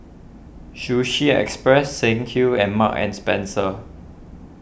Sushi Express Saint Ives and Marks and Spencer